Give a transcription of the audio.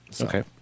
okay